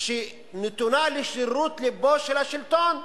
של תקנות הגנה מזמן המנדט